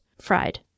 fried